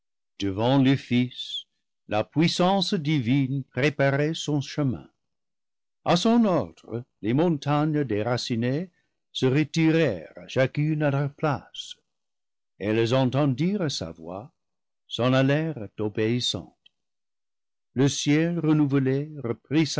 devant le fils la puissance divine préparait son chemin à son ordre les montagnes déracinées se retirèrent chacune à leur place elles entendirent sa voix s'en allèrent obéissantes le ciel renouvelé